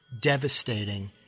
devastating